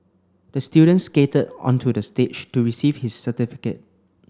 the student skated onto the stage to receive his certificate